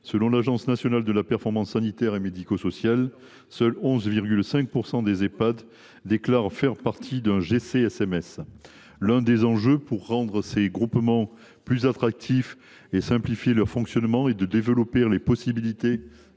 Selon l’Agence nationale d’appui à la performance des établissements de santé et médico sociaux (Anap), seuls 11,5 % des Ehpad déclarent faire partie d’un GCSMS. L’un des enjeux pour rendre ces groupements plus attractifs et simplifier leur fonctionnement est de développer les possibilités